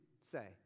say